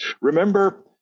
Remember